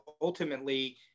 ultimately